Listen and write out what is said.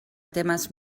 temes